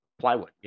plywood